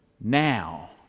now